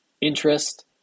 interest